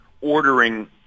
ordering